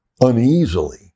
uneasily